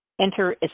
enter